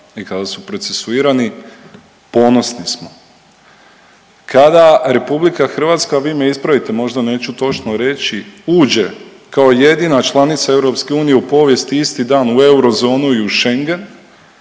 i kada su procesuirani, ponosni smo. Kada RH, vi me ispravite možda neću točno reći, uđe kao jedina članica EU u povijest isti dan u eurozonu i Schengen,